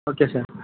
okay sir